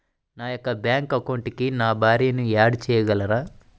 నా యొక్క బ్యాంక్ అకౌంట్కి నా భార్యని యాడ్ చేయగలరా?